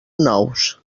nous